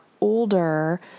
older